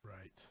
Right